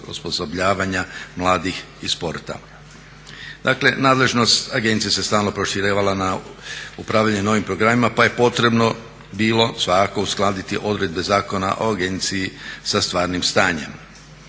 osposobljavanja mladih i spota. Dakle nadležnost agencije se stalno proširivala na upravljanje novim programima pa je potrebno bilo svakako uskladiti odredbe zakona o agenciji sa stvarnim stanjem.